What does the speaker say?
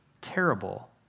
terrible